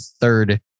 third